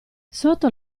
sotto